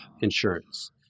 insurance